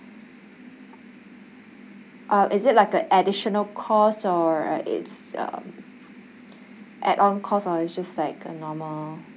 um is it like a additional course or it's um add on course or it's just like a normal